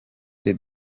the